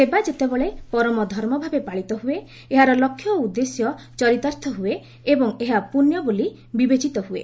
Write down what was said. ସେବା ଯେତେବେଳେ ପରମ ଧର୍ମ ଭାବେ ପାଳିତ ହୁଏ ଏହାର ଲକ୍ଷ୍ୟ ଓ ଉଦ୍ଦେଶ୍ୟ ଚରିତାର୍ଥ ହୁଏ ଏବଂ ଏହା ପୁଣ୍ୟ ବୋଲି ବିବେଚିତ ହୁଏ